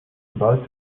about